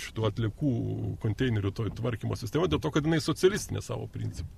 šitų atliekų konteinerių toj tvarkymo sistemoj dėl to kad jinai socialistinė savo princu